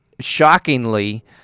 shockingly